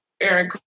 Aaron